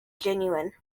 genuine